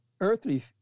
earthly